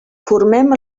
formem